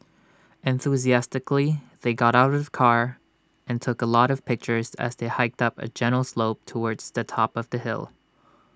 enthusiastically they got out of the car and took A lot of pictures as they hiked up A gentle slope towards the top of the hill